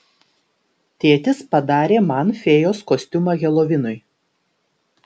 tėtis padarė man fėjos kostiumą helovinui